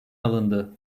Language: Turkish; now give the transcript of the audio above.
alındı